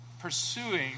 pursuing